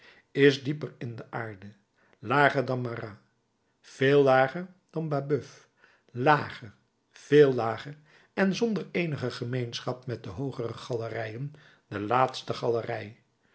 is dieper in de aarde lager dan marat veel lager dan babeuf lager veel lager en zonder eenige gemeenschap met de hoogere galerijen de laatste galerij